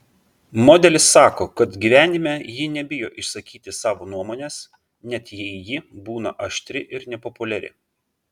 modelis sako kad gyvenime ji nebijo išsakyti savo nuomonės net jei ji būna aštri ir nepopuliari